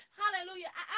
hallelujah